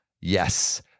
Yes